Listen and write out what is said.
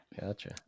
Gotcha